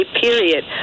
period